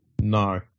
No